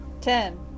Ten